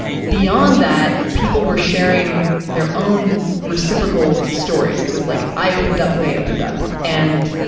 ah beyond that, people were sharing their own reciprocal stories. it was like, if i opened up, they opened up. and,